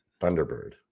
thunderbird